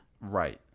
Right